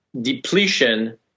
depletion